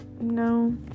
no